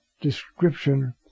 description